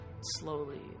slowly